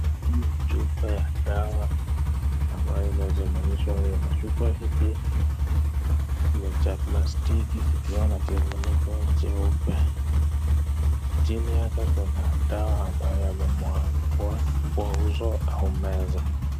Hii ni chupa ya dawa ambayo imesimamishwa, machupa hizi ni cha plastiki ikiwa na kifuniko jeupe, jini yake kuna dawa ambayo yamemwakwa kwa uso au meza.